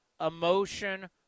emotion